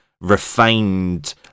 refined